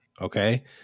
okay